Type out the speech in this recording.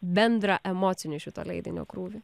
bendrą emocinį šito leidinio krūvį